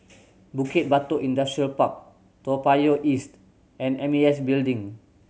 Bukit Batok Industrial Park Toa Payoh East and M A S Building